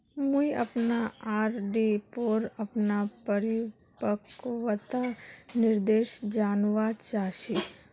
मुई अपना आर.डी पोर अपना परिपक्वता निर्देश जानवा चहची